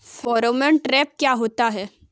Pheromone trap क्या होता है?